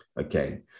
okay